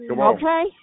Okay